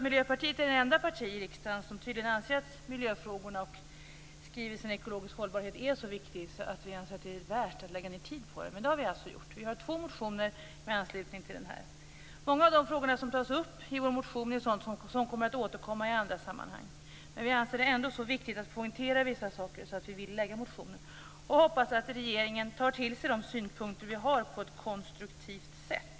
Miljöpartiet är tydligen det enda partiet i riksdagen som anser att miljöfrågorna och skrivelsen Ekologisk hållbarhet är så viktiga att det är värt att lägga ned tid. Det har vi alltså gjort. Vi har väckt två motioner. Många av de frågor som tas upp i våra motioner är sådant som återkommer i andra sammanhang. Vi har ansett att det är så viktigt att poängtera vissa saker att vi motionerat om dem i hopp om att regeringen tar till sig våra synpunkter på ett konstruktivt sätt.